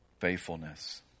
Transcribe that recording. faithfulness